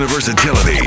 versatility